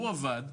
הוא עבד,